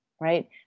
right